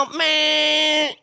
man